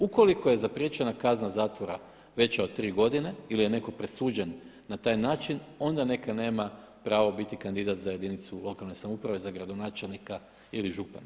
Ukoliko je zapriječena kazna zatvora veća od tri godine ili je neko presuđen na taj način onda neka nema pravo biti kandidat za jedinicu lokalne samouprave za gradonačelnika ili župana.